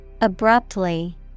Abruptly